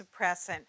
suppressant